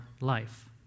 life